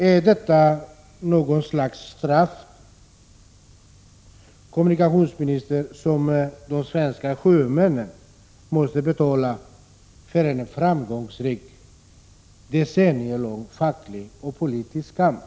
Är detta något slags straff, kommunika tionsministern, som de svenska sjömännen måste betala för en framgångsrik decennielång facklig och politisk kamp?